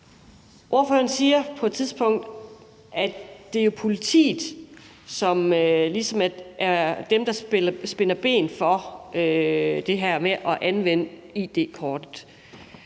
ordføreren siger jo på et tidspunkt, at det ligesom er politiet, der spænder ben for det her med at anvende id-kortet,